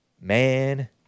man